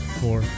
four